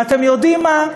ואתם יודעים מה?